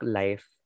life